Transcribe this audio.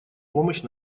помощь